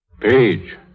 Page